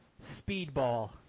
Speedball